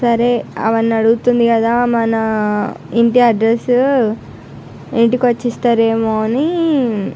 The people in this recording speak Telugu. సరే అవన్నీ అడుగుతుంది కదా మన ఇంటి అడ్రస్ ఇంటికి వచ్చి ఇస్తారేమో అని